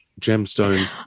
gemstone